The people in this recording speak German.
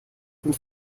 sind